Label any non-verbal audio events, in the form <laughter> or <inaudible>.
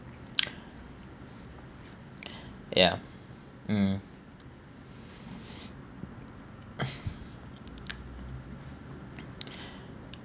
ya mm <breath>